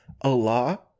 Allah